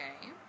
Okay